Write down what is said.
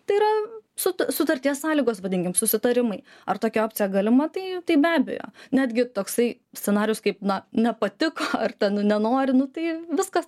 tai yra suta sutarties sąlygos vadinkim susitarimai ar tokia opcija galima tai be abejo netgi toksai scenarijus kaip na nepatiko ar ten nenori nu tai viskas